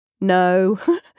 no